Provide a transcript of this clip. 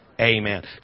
amen